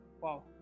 Wow